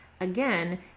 again